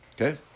Okay